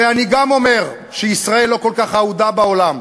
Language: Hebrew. ואני גם אומר שישראל לא כל כך אהודה בעולם,